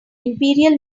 imperial